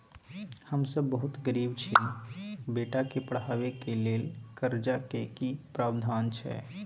हम सब बहुत गरीब छी, बेटा के पढाबै के लेल कर्जा के की प्रावधान छै?